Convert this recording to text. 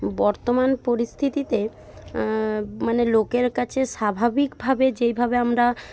বর্তমান পরিস্থিতিতে মানে লোকের কাছে স্বাভাবিকভাবে যেইভাবে আমরা